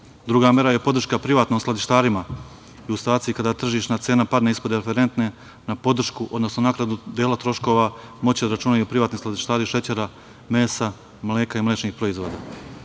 mera je podrška privatnim skladištarima, ilustraciji kada tržišna cena padne ispod referentne, na podršku, odnosno naknadu dela troškova moći će da računaju privatni skladištari šećera, mesa, mleka i mlečnih proizvoda. Treća